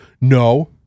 No